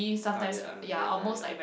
tired ah very tired ah